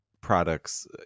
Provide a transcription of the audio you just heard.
products